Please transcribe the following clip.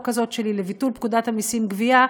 הזאת שלי לביטול פקודת המסים (גבייה)